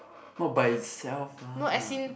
not by itself lah